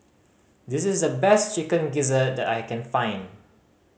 this is the best Chicken Gizzard that I can find